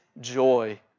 joy